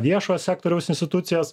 viešojo sektoriaus institucijas